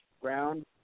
ground